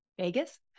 Vegas